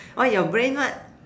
what your brain what